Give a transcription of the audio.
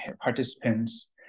participants